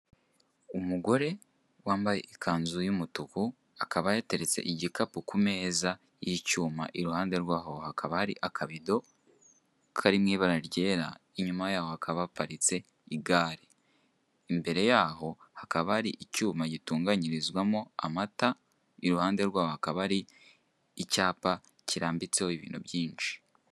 Umugore wambaye ikanzu y'umutuku akaba yateretse igikapu ku meza y'icyuma iruhande rwaho hakaba hateretse akabido kari mu ibara ryera inyuma yaho hakaba haparitse igare, imbere yaho hakaba hari icyuma gitunganyirizwamo amata. Iruhande rwaho hakaba hari icyapa cyanditseho ibintu byinshi.